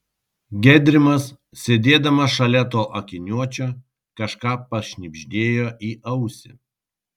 gedrimas sėdėdamas šalia to akiniuočio kažką pašnibždėjo į ausį